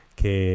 che